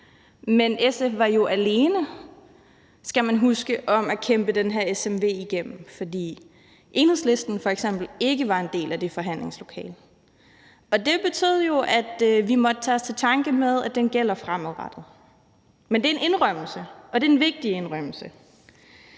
men SF var jo – skal man huske – alene om at kæmpe den her smv igennem, fordi Enhedslisten f.eks. ikke var med i det forhandlingslokale, og det betød jo, at vi måtte tage til takke med, at den gælder fremadrettet. Men det er en indrømmelse, og det er en vigtig indrømmelse.